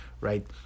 right